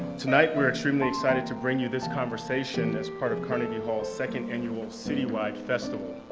tonight we're extremely excited to bring you this conversation as part of carnegie hall's second annual citywide festival.